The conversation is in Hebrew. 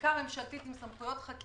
בדיקה ממשלתית עם סמכויות חקירה,